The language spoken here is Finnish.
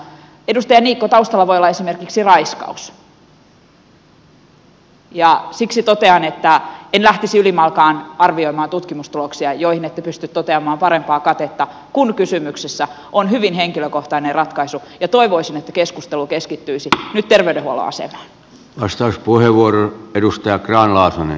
edustaja niikko taustalla voi olla esimerkiksi raiskaus ja siksi totean että en lähtisi ylimalkaan arvioimaan tutkimustuloksia joihin ette pysty toteamaan parempaa katetta kun kysymyksessä on hyvin henkilökohtainen ratkaisu ja toivoisin että keskustelu keskittyisi nyt terveydenhuollon sekä vastauspuheenvuoron edustaja grahn laasonen